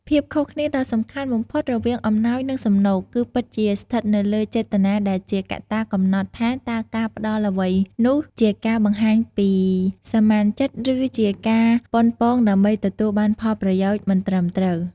ភាពខុសគ្នាដ៏សំខាន់បំផុតរវាងអំណោយ និងសំណូក គឺពិតជាស្ថិតនៅលើចេតនា ដែលជាកត្តាកំណត់ថាតើការផ្ដល់អ្វីមួយនោះជាការបង្ហាញពីសមានចិត្ត ឬជាការប៉ុនប៉ងដើម្បីទទួលបានផលប្រយោជន៍មិនត្រឹមត្រូវ។